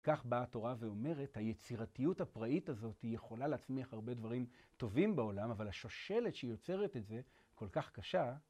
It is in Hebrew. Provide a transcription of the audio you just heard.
כך באה התורה ואומרת, היצירתיות הפראית הזאת היא יכולה להצמיח הרבה דברים טובים בעולם, אבל השושלת שיוצרת את זה, כל כך קשה.